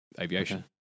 aviation